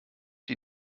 die